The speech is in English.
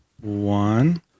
One